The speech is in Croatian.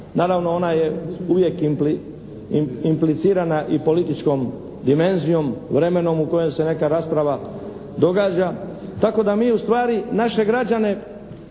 naravno ona je uvijek implicirana i političkom dimenzijom, vremenom u kojem se neka rasprava događa. Tako da mi ustvari naše građane